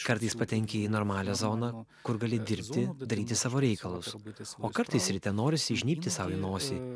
kartais patenki į normalią zoną kur gali dirbti daryti savo reikalus o kartais ryte norisi įžnybti sau į nosį